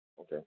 Okay